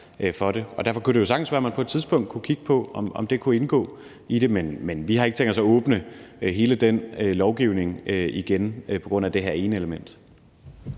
Derfor kunne det sagtens være, at man på et tidspunkt kunne kigge på, om det kunne indgå i det, men vi har ikke tænkt os at åbne hele den lovgivning igen på grund af det her ene element.